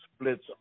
splits